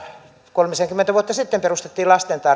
kolmisenkymmentä vuotta sitten perustettiin